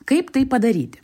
kaip tai padaryti